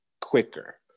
quicker